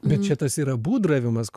bet čia tas yra būdravimas